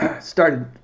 started